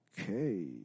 Okay